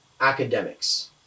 academics